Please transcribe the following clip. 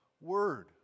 Word